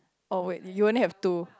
oh wait you only have two